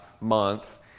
month